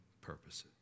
purposes